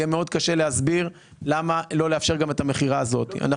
יהיה מאוד קשה להסביר למה לא לאפשר גם את המכירה הזאת.